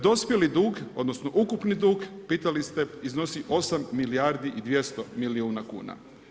Dospjeli dug, odnosno, ukupni dug, pitali ste, iznosi 8 milijardi i 200 milijuna kuna.